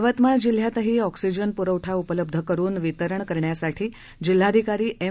यवतमाळ जिल्ह्यात ऑक्सीजन पुरवठा उपलब्ध करून वितरण करण्यासाठी जिल्हाधिकारी एम